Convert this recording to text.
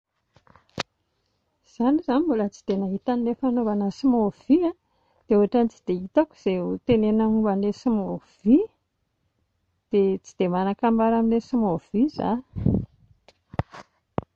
Izaho aloha izany mbola tsy dia nahita an'ilay fanaovana smoothie a dia ohatran'ny tsy dia hitako izay ho tenenina momba an'ilay smoothie, dia tsydia manan-kambara amin'ilay smoothie izaho